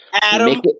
Adam